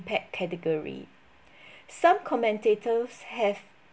impact category some commentators have